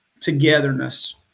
Togetherness